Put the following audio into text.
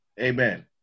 Amen